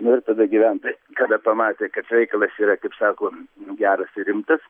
nu ir tada gyventoj kada pamatė kad reikalas yra kaip sakom nu geras ir rimtas